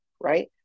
right